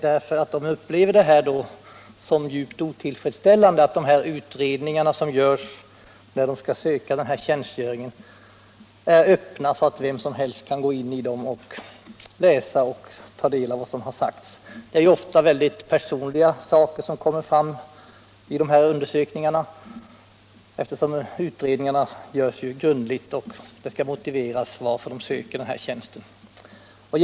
Dessa upplever det som djupt otillfredsställande att utredningarna som görs när de skall söka den vapenfria tjänsten är öppna, så att vem som helst kan ta del av vad som sagts. Ofta är det mycket personliga saker som kommer fram vid de här undersökningarna, vilka ju görs grundligt, eftersom det skall motiveras varför tjänsten söks.